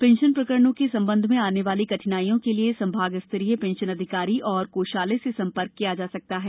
pension प्रकरणों के सबंध में आने वाली कठिनाईयों के लिए संभागीय पेंशन अधिकारी व कोषालय से सम्पर्क किया जा सकता है